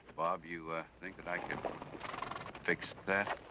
bob, you think that i could fix that?